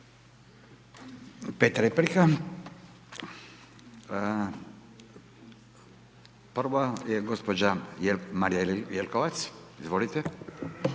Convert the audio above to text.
5 replika. Prva je gđa. Marija Jelkovac, izvolite.